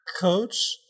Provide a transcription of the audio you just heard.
Coach